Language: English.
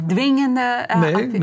Dwingende